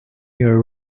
your